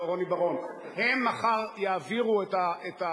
זה מחר עולה.